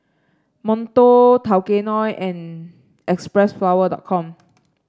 Monto Tao Kae Noi and Xpressflower dot com